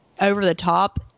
over-the-top